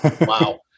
wow